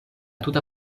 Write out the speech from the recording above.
tuta